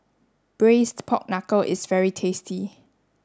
braised pork knuckle is very tasty